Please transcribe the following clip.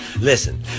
Listen